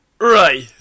Right